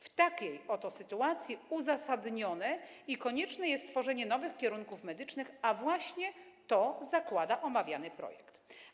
W takiej oto sytuacji uzasadnione i konieczne jest tworzenie nowych kierunków medycznych, a właśnie to zakłada omawiany projekt.